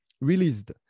released